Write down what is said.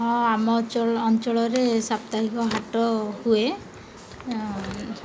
ହଁ ଆମ ଅଞ୍ଚଳରେ ସାପ୍ତାହିକ ହାଟ ହୁଏ